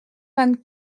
vingt